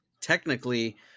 Technically